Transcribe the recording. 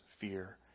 fear